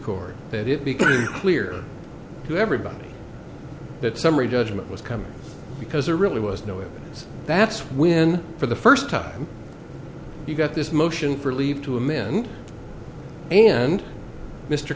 court that it became very clear to everybody that summary judgment was coming because there really was no evidence that's when for the first time you got this motion for leave to amend and mr